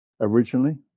originally